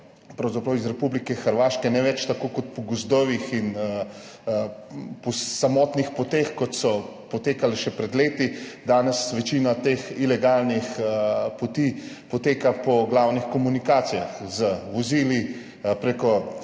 pravzaprav iz Republike Hrvaške, ne več tako po gozdovih in po samotnih poteh, kot so potekale še pred leti, danes večina teh ilegalnih poti poteka po glavnih komunikacijah z vozili preko